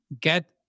get